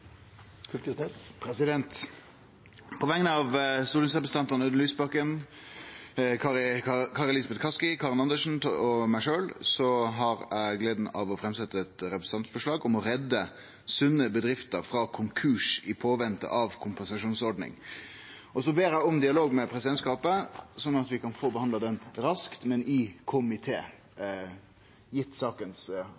Fylkesnes vil framsette et representantforslag. På vegner av stortingsrepresentantane Audun Lysbakken, Kari Elisabeth Kaski, Karin Andersen og meg sjølv har eg gleda av å framsetje eit representantforslag om å redde sunne bedrifter frå konkurs i påvente av kompensasjonsordning. Eg ber om dialog med presidentskapet, slik at vi kan få behandla det raskt, men i